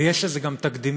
ויש לזה גם תקדימים.